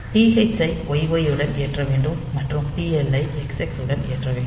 TH ஐ YY உடன் ஏற்ற வேண்டும் மற்றும் TL ஐ XX உடன் ஏற்ற வேண்டும்